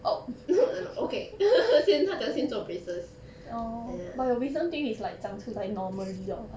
oh okay 先他的先做 braces ya